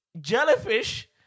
Jellyfish